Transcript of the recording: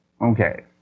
Okay